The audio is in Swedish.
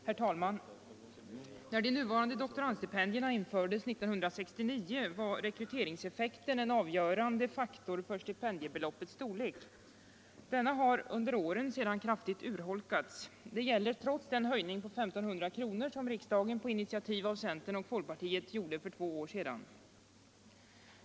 Herr talman! När de nuvarande doktorandstipendierna infördes 1969 var rekryteringseffekten en avgörande faktor för beslutet om stipendiebeloppets storlek. Denna har under åren kraftigt urholkats. Detta gäller trots den höjning på 1 500 kr. per år som riksdagen på initiativ av centern och folkpartiet gjorde för två år sedan.